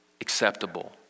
acceptable